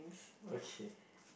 okay